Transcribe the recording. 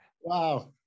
Wow